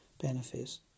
benefits